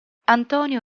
antonio